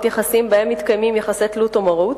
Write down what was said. יחסים שבהן מתקיימים יחסי תלות או מרות,